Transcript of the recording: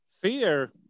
fear